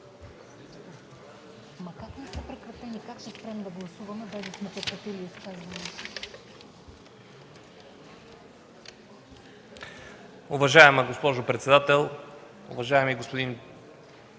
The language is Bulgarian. Уважаема госпожо председател, уважаеми господин